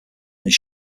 was